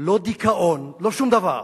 לא דיכאון, לא שום דבר.